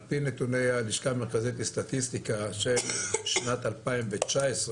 על פי נתוני הלשכה המרכזית לסטטיסטיקה של שנת 2019,